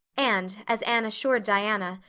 and, as anne assured diana,